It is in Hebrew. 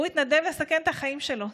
הוא התנדב לסכן את החיים שלו.